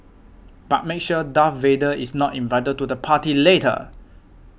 but make sure Darth Vader is not invited to the party later